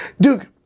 Duke